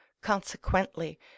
consequently